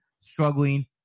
struggling